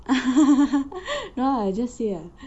no ah just say ah